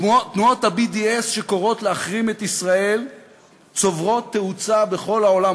תנועות ה-BDS שקוראות להחרים את ישראל צוברות תאוצה בכל העולם,